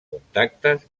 contactes